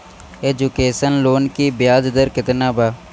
Education loan की ब्याज दर केतना बा?